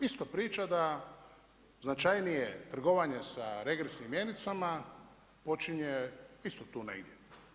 Ista priča da značajnije trgovanje sa regresnim mjenicama počinje isto tu negdje.